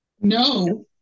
No